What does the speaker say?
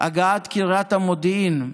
הגעת קריית המודיעין לנגב.